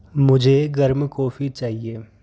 मुझे गर्म कॉफ़ी चाहिए